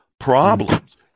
problems